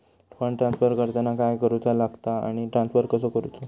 Fund transfer करताना काय करुचा लगता आनी ट्रान्स्फर कसो करूचो?